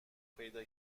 پیدا